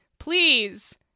Please